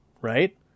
right